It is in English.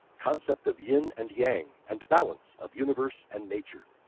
concept of yin and yang and balance of universe and nature.